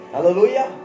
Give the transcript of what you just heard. Hallelujah